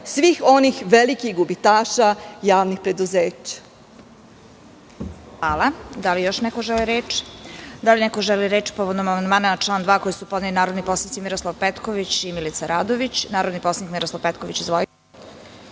svih onih velikih gubitaša javnih preduzeća.